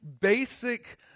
basic